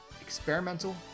Experimental